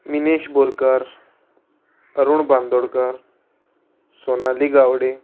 Minesh Borkar Arun Bandodkar Sonali Gawade